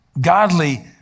Godly